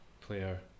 player